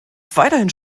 weiterhin